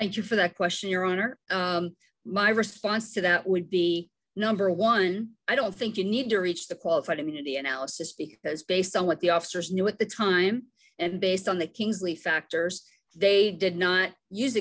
thank you for that question your honor my response to that would be number one i don't think you need to reach the qualified immunity analysis because based on what the officers knew at the time and based on the kingsley factors they did not use